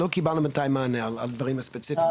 כי לא קיבלנו בינתיים מענה על הדברים הספציפיים.